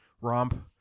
romp